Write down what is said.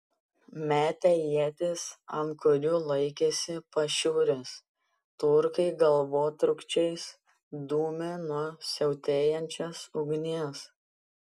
metę ietis ant kurių laikėsi pašiūrės turkai galvotrūkčiais dūmė nuo siautėjančios ugnies